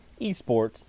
esports